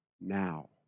now